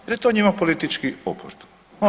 Jer je to njima politički oportuno.